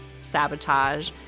sabotage